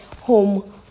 home